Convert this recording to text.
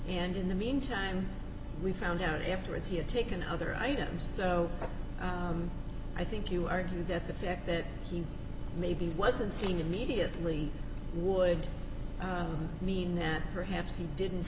and in the meantime we found out afterwards he had taken other items so i think you argue that the fact that he maybe wasn't seeing immediately would mean that perhaps he didn't